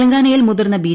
തെലങ്കാനയിൽ മുതിർന്ന ബി